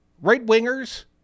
Right-wingers